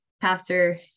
pastor